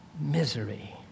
Misery